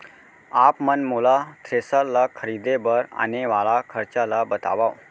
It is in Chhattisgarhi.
आप मन मोला थ्रेसर ल खरीदे बर आने वाला खरचा ल बतावव?